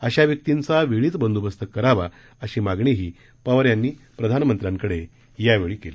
अशा व्यक्तींचा वेळीच बंदोबस्त करावा अशी मागणीही पवार यांनी प्रधानमंत्र्यांकडे यावेळी केली